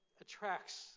attracts